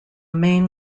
main